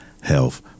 health